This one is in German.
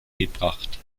gebracht